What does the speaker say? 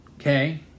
Okay